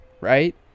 right